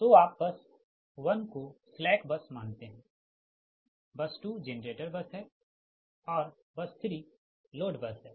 तोआप बस 1 को slack bus मानते है बस 2 जेनरेटर बस है और बस 3 लोड बस है